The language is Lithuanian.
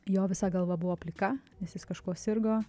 jo visa galva buvo plika nes jis kažkuo sirgo